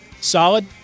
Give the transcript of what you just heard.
solid